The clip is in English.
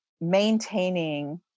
maintaining